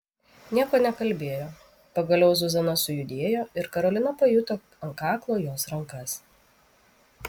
nieko nekalbėjo pagaliau zuzana sujudėjo ir karolina pajuto ant kaklo jos rankas